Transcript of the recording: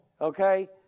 Okay